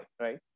right